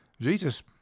Jesus